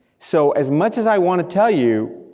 so as much as i want to tell you,